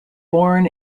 born